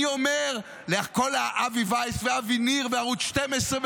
אני אומר לכל האבי וייס והאבי ניר בערוץ 12,